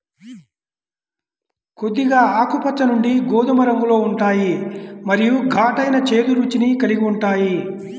కొద్దిగా ఆకుపచ్చ నుండి గోధుమ రంగులో ఉంటాయి మరియు ఘాటైన, చేదు రుచిని కలిగి ఉంటాయి